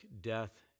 death